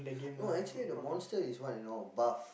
no actually the monster is what you know buff